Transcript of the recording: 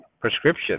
prescription